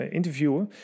interviewen